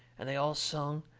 and they all sung,